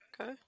Okay